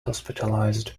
hospitalized